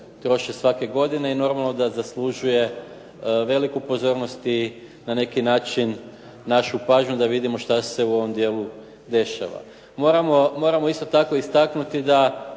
svake godine i normalno da zaslužuje veliku pozornost i na neki način našu pažnju da vidimo šta se u ovom dijelu dešava. Moramo isto tako istaknuti da